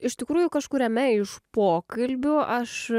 iš tikrųjų kažkuriame iš pokalbių aš